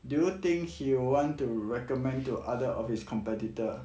do you think he want to recommend to other of his competitor